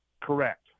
Correct